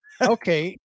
Okay